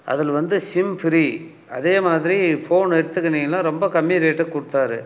அதில் வந்து sim free அதே மாதிரி ஃபோன் நெட்டுக்கு நீங்கலாம் ரொம்ப கம்மி ரேட்டுக்கு கொடுத்தாரு